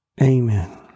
Amen